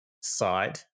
side